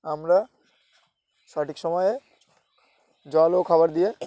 আমরা সঠিক সময়ে জল ও খাবার দিয়ে